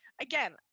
again